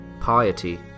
piety